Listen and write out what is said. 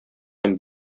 һәм